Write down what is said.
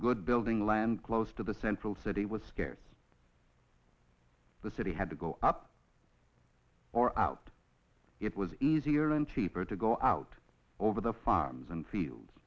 good building land close to the central city was scarce the city had to go up or out it was easier and cheaper to go out over the farms and fields